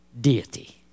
deity